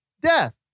death